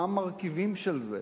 מה המרכיבים של זה?